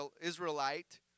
Israelite